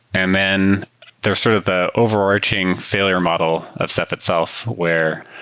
and then there's sort of the overarching failure model of ceph itself where